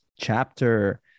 Chapter